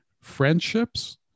friendships